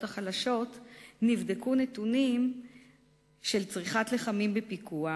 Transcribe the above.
החלשות נבדקו נתונים של צריכת לחמים בפיקוח,